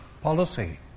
policy